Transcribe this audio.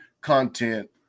content